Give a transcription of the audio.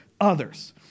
others